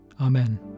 Amen